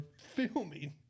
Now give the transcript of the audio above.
filming